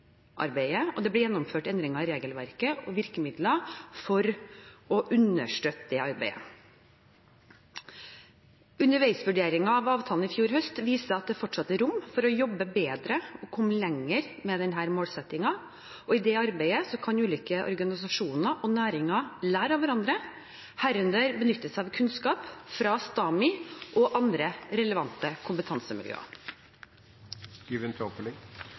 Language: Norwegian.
og det ble gjennomført endringer i regelverk og virkemidler for å understøtte dette arbeidet. Underveisvurderingen av avtalen i fjor høst viser at det fortsatt er rom for å jobbe bedre og komme lenger med denne målsettingen. I dette arbeidet kan ulike organisasjoner og næringer lære av hverandre, herunder benytte seg av kunnskap fra STAMI og andre relevante kompetansemiljøer.